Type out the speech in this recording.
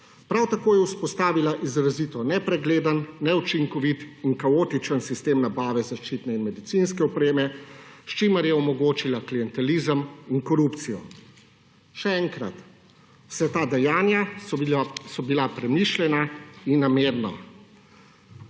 Prav tako je vzpostavila izrazito nepregleden, neučinkovit in kaotičen sistem nabave zaščitne in medicinske opreme, s čimer je omogočila klientelizem in korupcijo. Še enkrat, vsa ta dejanja so bila premišljena in namerna.